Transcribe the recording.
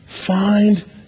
find